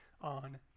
on